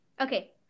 Okay